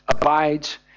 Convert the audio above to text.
abides